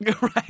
Right